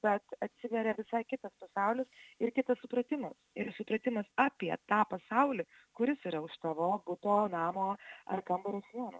bet atsiveria visai kitas pasaulis ir kitas supratimas ir supratimas apie tą pasaulį kuris yra už tavo buto namo ar kambario sienų